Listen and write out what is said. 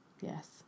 yes